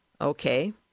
Okay